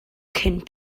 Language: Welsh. cyn